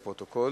לפרוטוקול.